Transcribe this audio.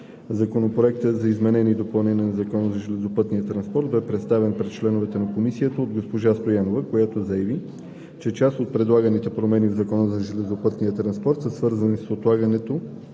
Законопроектът за изменение и допълнение на Закона за железопътния транспорт бе представен пред членовете на Комисията от госпожа Стоянова, която заяви, че част от предлаганите промени в Закона за железопътния транспорт са свързани с отлагане